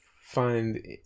find